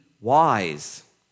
wise